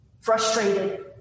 frustrated